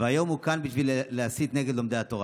והיום הוא כאן בשביל להסית נגד לומדי התורה.